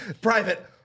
Private